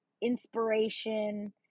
inspiration